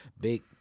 Big